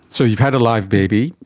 so you've had a live baby,